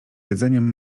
jedzeniem